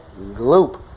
gloop